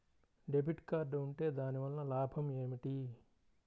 Debit card ఉంటే దాని వలన లాభం ఏమిటీ?